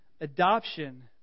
adoption